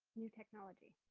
new technology.